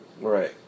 Right